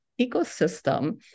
ecosystem